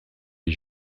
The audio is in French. les